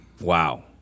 Wow